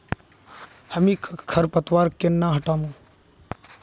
हामी खरपतवार केन न हटामु